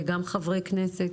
וגם חברי כנסת.